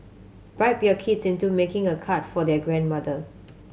bribe your kids into making a card for their grandmother